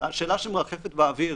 שמרחפת באוויר